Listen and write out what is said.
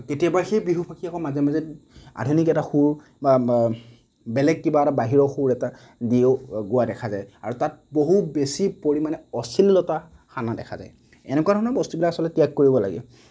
কেতিয়াবা সেই বিহু ফাকি আকৌ মাজে মাজে আধুনিক এটা সুৰ বা বেলেগ কিবা এটা বাহিৰৰ সুৰ এটা দিও গোৱা দেখা যায় আৰু তাত বহু বেছি পৰিমাণে অশ্লীলতা সানা দেখা যায় এনেকুৱা ধৰণৰ বস্তুবিলাক আচলতে ত্যাগ কৰিব লাগে